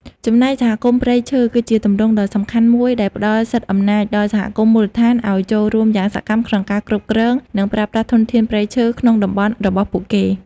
ចំណែកសហគមន៍ព្រៃឈើ គឺជាទម្រង់ដ៏សំខាន់មួយដែលផ្ដល់សិទ្ធិអំណាចដល់សហគមន៍មូលដ្ឋានឱ្យចូលរួមយ៉ាងសកម្មក្នុងការគ្រប់គ្រង និងប្រើប្រាស់ធនធានព្រៃឈើក្នុងតំបន់របស់ពួកគេ។